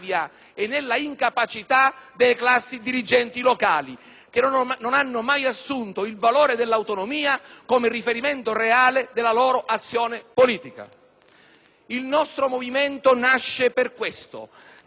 che non hanno mai assunto il valore dell'autonomia come riferimento reale della loro azione politica. Il nostro movimento nasce per questo: nasce per colmare questa lacuna storica e politica